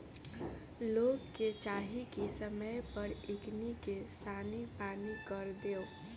लोग के चाही की समय पर एकनी के सानी पानी कर देव